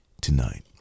tonight